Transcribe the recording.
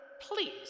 please